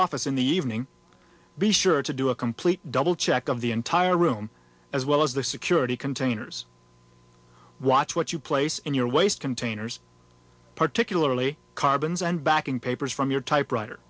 office in the evening be sure to do a complete double check of the entire room as well as the security containers watch what you place in your waste containers particularly carbons and backing papers from your typewriter